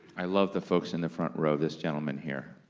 i love the folks in the front row. this gentleman here,